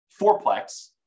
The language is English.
fourplex